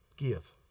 give